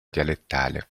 dialettale